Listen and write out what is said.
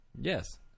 Yes